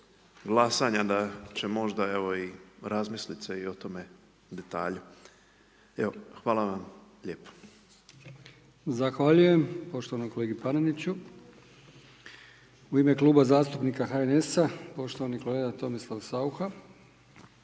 glasanja da će možda evo i razmisliti se o tome detalju. Evo, hvala vam lijepa. **Brkić, Milijan (HDZ)** Zahvaljujem poštovanom kolegi Paneniću. U ime Kluba zastupnika HNS-a poštovani kolega Tomislav Saucha,